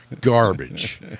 Garbage